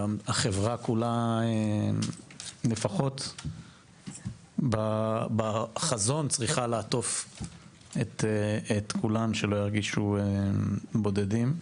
החברה כולה - לפחות בחזון צריכה לעטוף את כולם שלא ירגישו בודדים.